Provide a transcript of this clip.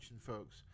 folks